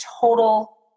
total